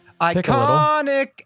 Iconic